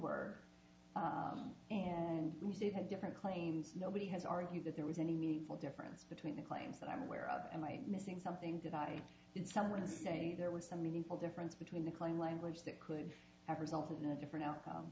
word and we do have different claims nobody has argued that there was any meaningful difference between the claims that i'm aware of am i missing something that i did someone say there was some meaningful difference between the claim language that could have resulted in a different